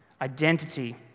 identity